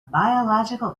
biological